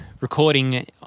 recording